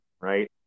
right